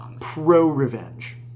pro-revenge